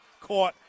caught